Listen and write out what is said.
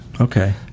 Okay